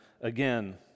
again